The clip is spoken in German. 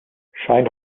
scheint